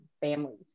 families